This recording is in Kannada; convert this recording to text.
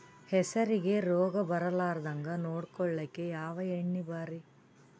ಹೆಸರಿಗಿ ರೋಗ ಬರಲಾರದಂಗ ನೊಡಕೊಳುಕ ಯಾವ ಎಣ್ಣಿ ಭಾರಿ?